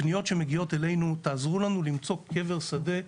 הפניות שמגיעות אלינו, תעזרו לנו למצוא קבר שדה,